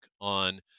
on